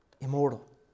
immortal